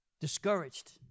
discouraged